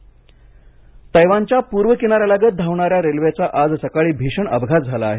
Taiwan तैवानच्या पूर्व किनाऱ्या लगत धावणाऱ्या रेल्वेचा आज सकाळी भीषण अपघात झाला आहे